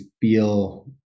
feel